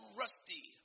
rusty